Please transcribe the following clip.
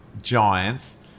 Giants